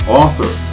author